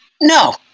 No